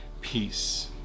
peace